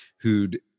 who'd